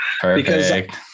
perfect